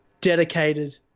dedicated